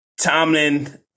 Tomlin